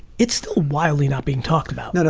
it's still wildly not being talked about.